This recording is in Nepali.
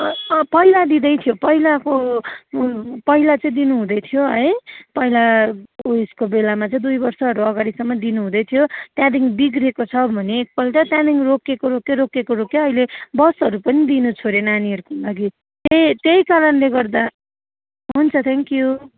पहिला दिँदैथ्यो पहिलाको पहिला चाहिँ दिनु हुँदैथ्यो है पहिला उयसको बेलामा चाहिँ दुई वर्षहरू अगाडिसम्म दिनु हुँदैथ्यो त्यहाँदेखि बिग्रिएको छ भने एकपल्ट त्यहाँदेखि रोकिएको रोकिएकै रोकिएको रोकिएकै अहिले बसहरू पनि दिन छोड्यो नानीहरूको लागि त्यही त्यही कारणले गर्दा हुन्छ थ्याङ्क्यु